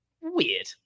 weird